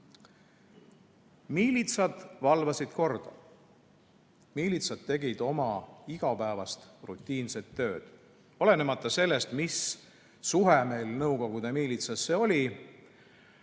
Miilitsad valvasid korda, nad tegid oma igapäevast rutiinset tööd. Olenemata sellest, mis suhe meil nõukogude miilitsasse oli,